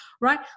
Right